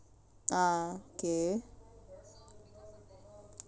ah okay